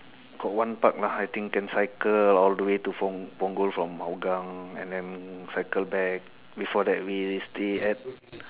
got one park lah I think can cycle all the way to pung~ punggol from hougang and then cycle back before that way we stay at